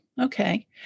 Okay